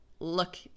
Look